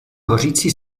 hořící